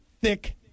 Thick